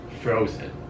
frozen